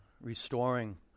Restoring